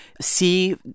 see